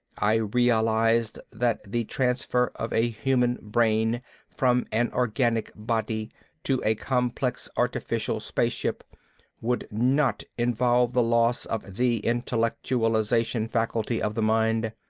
i realized that the transfer of a human brain from an organic body to a complex artificial space ship would not involve the loss of the intellectualization faculty of the mind.